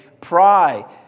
pry